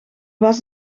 was